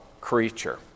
creature